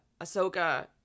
Ahsoka